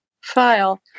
file